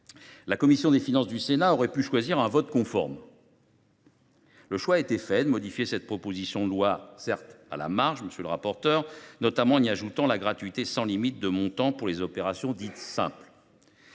La commission des finances du Sénat aurait pu choisir un vote conforme. Le choix a été fait de modifier cette proposition de loi à la marge, notamment en y ajoutant la gratuité sans limite de montant pour les opérations dites simples.